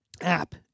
app